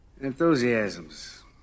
enthusiasms